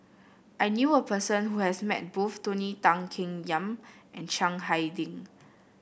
I knew a person who has met both Tony Tan Keng Yam and Chiang Hai Ding